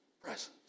presence